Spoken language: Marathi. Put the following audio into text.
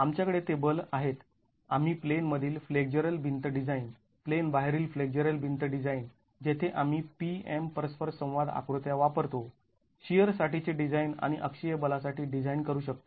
आमच्याकडे ते बल आहेत आम्ही प्लेन मधील फ्लेक्झरल भिंत डिझाईन प्लेन बाहेरील फ्लेक्झरल भिंत डिझाईन जेथे आम्ही P M परस्पर संवाद आकृत्या वापरतो शिअरसाठीचे डिझाईन आणि अक्षीय बलासाठी डिझाईन करू शकतो